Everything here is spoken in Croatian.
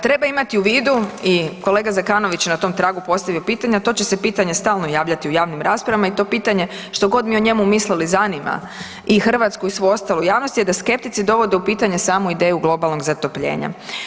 Treba imati u vidu i kolega Zekanović na tom tragu postavio pitanje, a to će se pitanje stalno javljati u javnim raspravama i to pitanje, što god mi o njemu mislili, zanima i hrvatsku i svu ostalu javnost je da skeptici dovode u pitanju samu ideju globalnog zatopljenja.